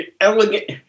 elegant